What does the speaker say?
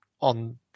on